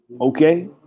Okay